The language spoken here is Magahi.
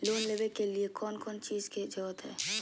लोन लेबे के लिए कौन कौन चीज के जरूरत है?